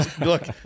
Look